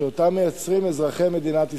שאותה מייצרים אזרחי מדינת ישראל.